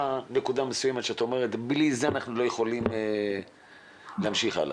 ובלעדיו לא יכולים להמשיך הלאה?